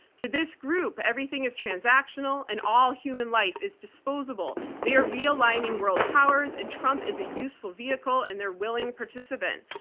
to this group, everything is transactional and all human life is disposable. they are realigning world powers, and trump is a useful vehicle and their willing participant.